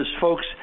folks